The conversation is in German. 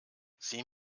sieh